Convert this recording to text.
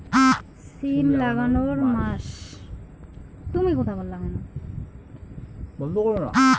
সিম লাগানোর মাস?